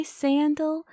sandal